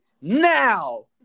now